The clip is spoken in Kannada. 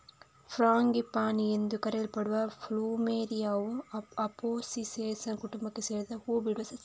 ಫ್ರಾಂಗಿಪಾನಿ ಎಂದು ಕರೆಯಲ್ಪಡುವ ಪ್ಲುಮೆರಿಯಾವು ಅಪೊಸಿನೇಸಿ ಕುಟುಂಬಕ್ಕೆ ಸೇರಿದ ಹೂ ಬಿಡುವ ಸಸ್ಯ